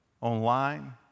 online